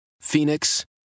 Phoenix